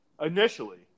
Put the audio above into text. initially